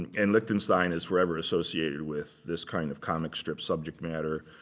and lichtenstein is forever associated with this kind of comic strip subject matter.